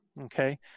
Okay